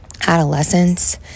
adolescence